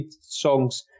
songs